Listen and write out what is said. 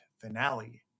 finale